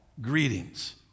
Greetings